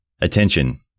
Attention